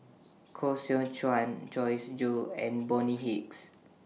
Koh Seow Chuan Joyce Jue and Bonny Hicks